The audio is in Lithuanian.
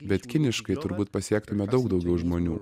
bet kiniškai turbūt pasiektume daug daugiau žmonių